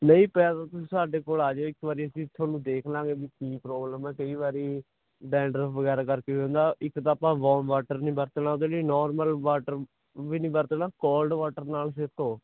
ਨਹੀਂ ਪੈ ਤੁਸੀਂ ਸਾਡੇ ਕੋਲ ਆਜਿਓ ਇਕ ਵਾਰੀ ਅਸੀਂ ਤੁਹਾਨੂੰ ਦੇਖ ਲਾਂਗੇ ਵੀ ਕੀ ਪ੍ਰੋਬਲਮ ਆ ਕਈ ਵਾਰੀ ਡੈਂਡਰਫ ਵਗੈਰਾ ਕਰਕੇ ਇੱਕ ਤਾਂ ਆਪਾਂ ਵੋਮ ਵਾਟਰ ਨੀ ਵਰਤਣਾ ਜਿਹੜੀ ਨੋਰਮਲ ਵਾਟਰ ਵੀ ਨਹੀਂ ਵਰਤਣਾ ਕਾਲਡ ਵਾਟਰ ਨਾਲ ਸਿਰ ਧੋਵੋ